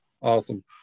Awesome